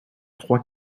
trois